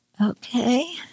Okay